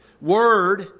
word